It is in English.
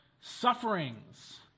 sufferings